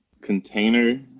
container